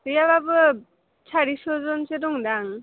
गैयाबाबो सारिस'जनसो दं दां